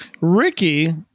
Ricky